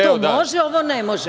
To može, a ovo ne može.